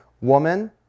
Woman